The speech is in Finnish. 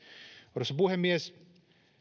arvoisa puhemies